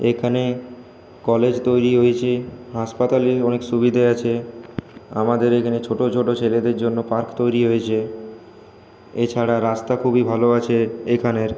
এখানে কলেজ তৈরি হয়েছে হাসপাতালে অনেক সুবিধে আছে আমাদের এখানে ছোটো ছোটো ছেলেদের জন্যে পার্ক তৈরি হয়েছে এছাড়া রাস্তা খুবই ভালো আছে এখানের